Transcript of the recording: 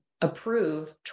approve